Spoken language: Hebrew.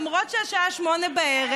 למרות שהשעה 20:00,